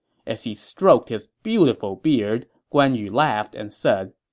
as he stroked his beautiful beard, guan yu laughed and said,